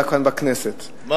ראש העיר היה כאן בכנסת,